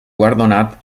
guardonat